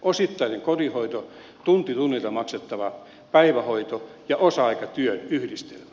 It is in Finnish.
osittaisen kotihoidon tunti tunnilta maksettavan päivähoidon ja osa aikatyön yhdistelmä